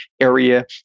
area